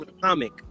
comic